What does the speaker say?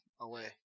away